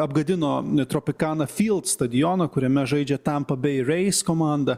apgadino tropikana fyld stadioną kuriame žaidžia tampa bei reis komanda